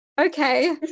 okay